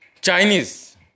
Chinese